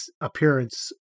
appearance